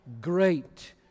great